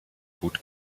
gut